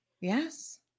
Yes